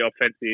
offensive